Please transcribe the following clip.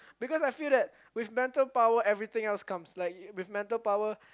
because I feel that with mental power everything else comes like with mental power